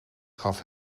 gaf